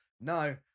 No